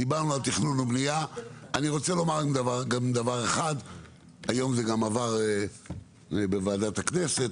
היום זה גם עבר בוועדת הכנסת,